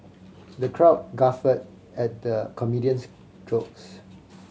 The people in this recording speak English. the crowd guffawed at the comedian's jokes